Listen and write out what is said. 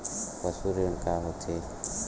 पशु ऋण का होथे?